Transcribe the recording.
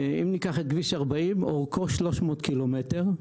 אורכו 300 קילומטר.